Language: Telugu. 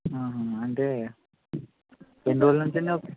ఆహా అంటే ఎన్ని రోజుల నుంచి అండీ